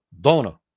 Dona